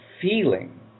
feeling